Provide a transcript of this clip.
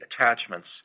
attachments